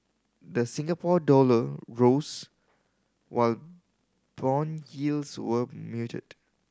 the Singapore dollar rose while bond yields were muted